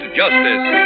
justice